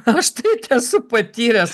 aš tai t esu patyręs